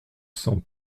cent